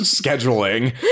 scheduling